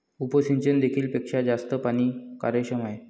उपसिंचन देखील पेक्षा जास्त पाणी कार्यक्षम आहे